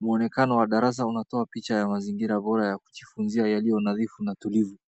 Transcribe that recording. Muonekano wa darasa unatoa picha ya mazingira bora ya kujifunzia yaliyo nadhifu na tulivu.